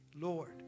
Lord